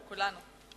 כולנו.